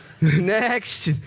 next